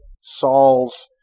Saul's